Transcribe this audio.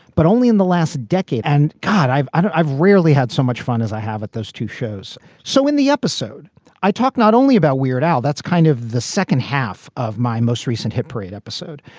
but only in the last decade. and god, i've i've rarely had so much fun as i have at those two shows. so in the episode i talk not only about weird al, that's kind of the second half of my most recent hit parade episode,